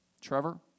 trevor